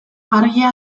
argia